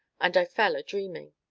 and i fell a-dreaming.